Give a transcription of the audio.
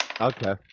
Okay